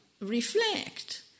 reflect